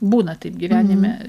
būna taip gyvenime